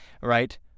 right